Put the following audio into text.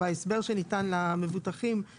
וההסבר שניתן למבוטחים,